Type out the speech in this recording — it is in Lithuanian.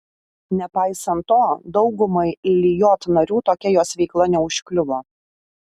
nepaisant to daugumai lijot narių tokia jos veikla neužkliuvo